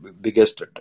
biggest